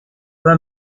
are